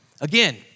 Again